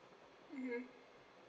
mmhmm